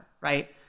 right